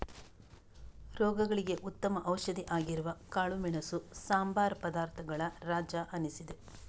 ರೋಗಗಳಿಗೆ ಉತ್ತಮ ಔಷಧಿ ಆಗಿರುವ ಕಾಳುಮೆಣಸು ಸಂಬಾರ ಪದಾರ್ಥಗಳ ರಾಜ ಅನಿಸಿದೆ